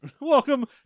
Welcome